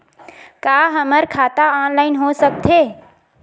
का हमर खाता ऑनलाइन हो सकथे?